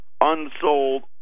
unsold